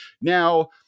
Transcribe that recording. now